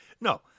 No